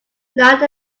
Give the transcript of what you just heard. not